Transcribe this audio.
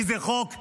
כי זה חוק רע.